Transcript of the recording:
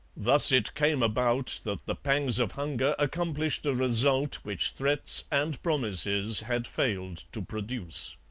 thus it came about that the pangs of hunger accomplished a result which threats and promises had failed to produce.